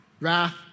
wrath